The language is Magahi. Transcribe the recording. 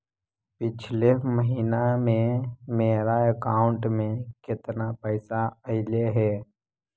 पिछले महिना में मेरा अकाउंट में केतना पैसा अइलेय हे?